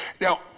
now